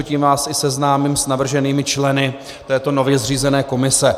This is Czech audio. Tím vás i seznámím s navrženými členy této nově zřízené komise.